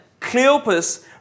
Cleopas